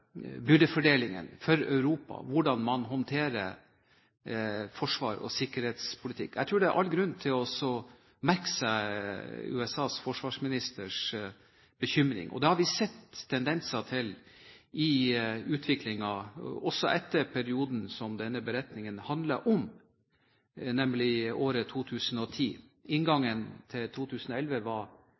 byrdefordelingen, for Europa, hvordan man håndterer forsvars- og sikkerhetspolitikk. Jeg tror det er all grunn til å merke seg bekymringen til USAs forsvarsminister, og det har vi sett tendenser til i utviklingen også etter perioden som denne beretningen handler om, nemlig året 2010. Inngangen til 2011 var